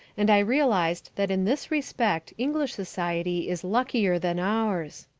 and i realised that in this respect english society is luckier than ours.